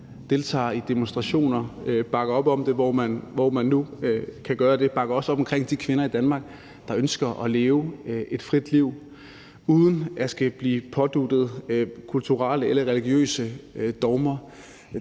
deltager i demonstrationer, bakker op om det, hvor man nu kan gøre det, og bakker også op omkring de kvinder i Danmark, der ønsker at leve et frit liv uden at skulle blive påduttet kulturelle eller religiøse dogmer.